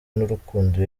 n’urukundo